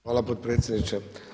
Hvala potpredsjedniče.